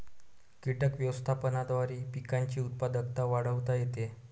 कीटक व्यवस्थापनाद्वारे पिकांची उत्पादकता वाढवता येते